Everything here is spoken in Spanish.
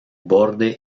borde